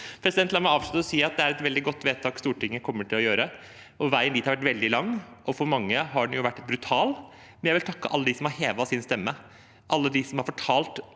debatten. La meg avslutte med å si at det er et veldig godt vedtak Stortinget kommer til å gjøre. Veien dit har vært veldig lang, og for mange har den vært brutal. Jeg vil takke alle dem som har hevet sin stemme, alle dem som har fortalt